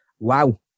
wow